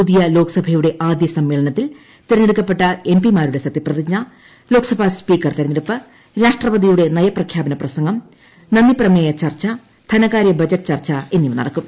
പുതിയ ലോക്സഭയുടെ ആദ്യസമ്മേളനത്തിൽ തെരഞ്ഞെടുക്കപ്പെട്ട എം പി മാരുടെ സത്യപ്രതിജ്ഞ ലോക്സഭാ സ്പീക്കർ തെരഞ്ഞെടുപ്പ് രാഷ്ട്രപതിയുടെ നയപ്രഖ്യാപന പ്രസംഗം നന്ദിപ്രമേയ ചർച്ച ധനകാര്യ ബജറ്റ് ചർച്ച എന്നിവ നടക്കും